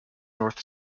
north